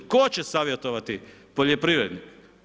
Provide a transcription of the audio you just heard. Tko će savjetovati poljoprivrednike?